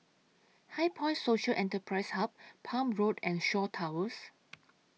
HighPoint Social Enterprise Hub Palm Road and Shaw Towers